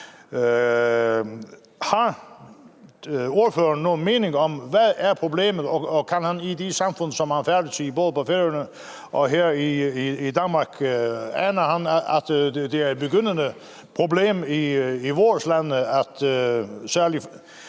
Har ordføreren nogen mening om, hvad problemet er, og kan han i de samfund, som han færdes i, både på Færøerne og her i Danmark, ane et begyndende problem i vores lande, hvor